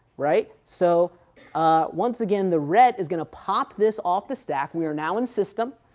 right. so once again the ret is going to pop this off this stack, we are now in system.